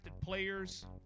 players